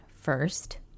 first